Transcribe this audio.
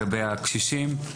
הישיבה